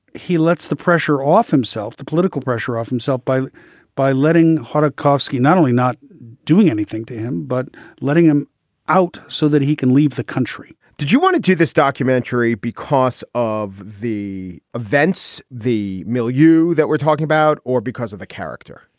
he lets the pressure off himself, the political pressure off himself by by letting her tarkovsky not only not doing anything to him, but letting him out so that he can leave the country did you want to do this documentary because of the events, the mildew that we're talking about or because of the character?